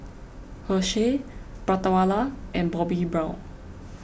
Herschel Prata Wala and Bobbi Brown